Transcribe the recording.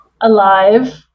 alive